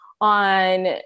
on